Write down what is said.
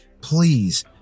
please